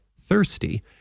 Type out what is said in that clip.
thirsty